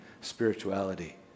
spirituality